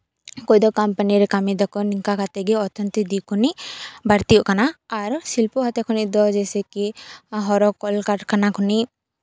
ᱚᱠᱚᱭ ᱫᱚ ᱠᱳᱢᱯᱟᱱᱤ ᱨᱮ ᱠᱟᱹᱢᱤ ᱫᱟᱠᱚ ᱱᱤᱝᱠᱟ ᱠᱟᱛᱮ ᱜᱮ ᱚᱨᱛᱷᱚᱱᱤᱠ ᱫᱤᱠ ᱠᱷᱚᱱᱤᱡ ᱵᱟᱹᱲᱛᱤᱜ ᱠᱟᱱᱟ ᱟᱨ ᱥᱤᱞᱯᱚ ᱦᱟᱛᱮ ᱠᱷᱚᱱᱤ ᱫᱚ ᱡᱮᱭᱥᱮ ᱠᱤ ᱦᱚᱨᱚ ᱠᱚᱞ ᱠᱟᱨᱠᱷᱟᱱᱟ ᱠᱷᱚᱱᱤᱜ